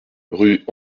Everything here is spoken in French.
rue